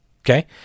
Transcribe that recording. Okay